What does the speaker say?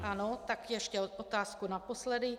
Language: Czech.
Ano, tak ještě otázku naposledy.